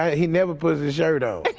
he never puts his shirt on.